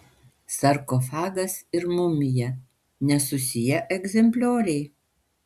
sarkofagas ir mumija nesusiję egzemplioriai